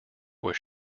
was